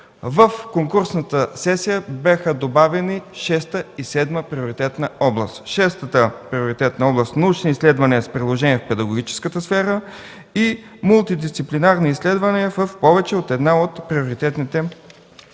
В конкурсната сесия бяха добавени шеста и седма приоритетна област. Шестата приоритетна област – „Научни изследвания с приложение в педагогическата сфера” и „Мултидисциплинарни изследвания в повече от една от приоритетните области”.